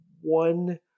one